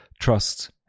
trust